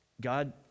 God